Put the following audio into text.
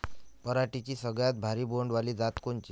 पराटीची सगळ्यात भारी बोंड वाली जात कोनची?